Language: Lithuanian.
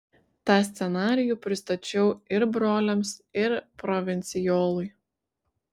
tą scenarijų pristačiau ir broliams ir provincijolui